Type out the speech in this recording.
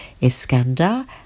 Iskandar